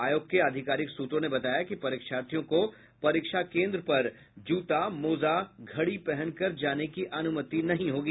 आयोग के आधिकारिक सूत्रों ने बताया कि परीक्षार्थियों को परीक्षा केन्द्र पर जूता मोजा घड़ी पहनकर जाने की अनुमति नहीं होगी